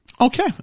okay